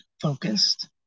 focused